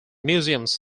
museums